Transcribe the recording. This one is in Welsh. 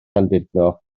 llandudno